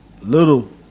Little